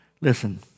listen